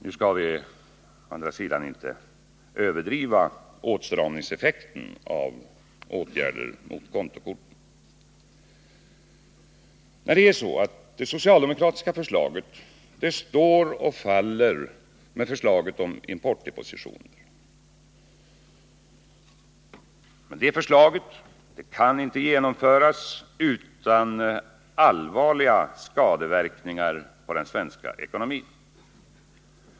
Nu skall vi å andra sidan inte överdriva åtstramningseffekten av åtgärder mot kontokorten. Det socialdemokratiska förslaget står och faller med förslaget om importdepositioner. Men det förslaget kan inte genomföras utan allvarliga skadeverkningar på den svenska ekonomin.